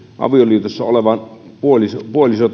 avioliitossa olevat puolisot